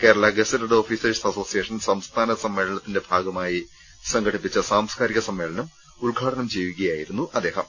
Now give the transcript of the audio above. Kerala gazetted officers association സംസ്ഥാന സമ്മേളനത്തിന്റെ ഭാഗമായി സംഘ ടിപ്പിച്ച സാംസ്കാരിക സമ്മേളനം ഉദ്ഘാടനം ചെയ്യുകയായിരുന്നു അദ്ദേ ഹം